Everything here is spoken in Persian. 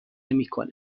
نمیکنم